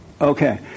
Okay